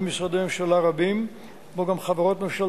ואלפי דונמים נותרים ללא טיפול ומהווים סכנה אמיתית לבריאות הציבור